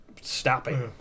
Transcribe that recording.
stopping